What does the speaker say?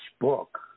book